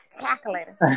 Calculator